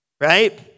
right